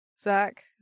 Zach